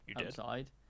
outside